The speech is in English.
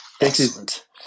excellent